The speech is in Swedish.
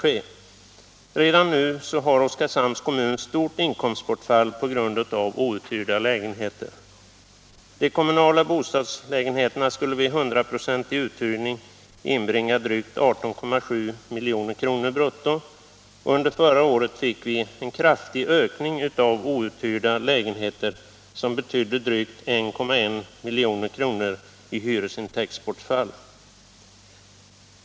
Redan nu har Oskarshamns kommun stort inkomstbortfall på grund av outhyrda lägenheter. De kommunala bostadslägenheterna skulle vid 100-procentig uthyrning inbringa drygt 18,7 milj.kr. brutto. Under förra året fick vi en kraftig ökning av outhyrda lägenheter, som betydde drygt 1,1 milj.kr. i hyresintäktsbortfall.